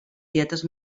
dietes